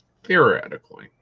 theoretically